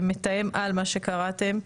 מתאם על, מה שקראתם,